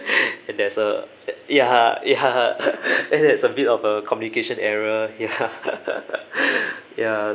and there's a ya ya and there's a bit of a communication error ya ya